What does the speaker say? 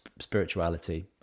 spirituality